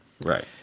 Right